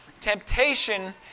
temptation